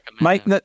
Mike